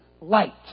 light